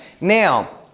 Now